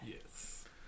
Yes